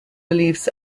beliefs